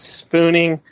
spooning